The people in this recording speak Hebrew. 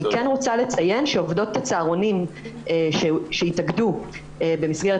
אני כן רוצה לציין שעובדות הצהרונים שהתאגדו במסגרת